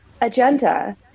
agenda